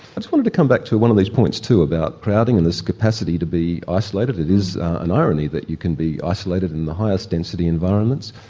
but wanted to come back to one of these points too about crowding and the capacity to be isolated. it is an irony that you can be isolated in the highest density environments.